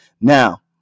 now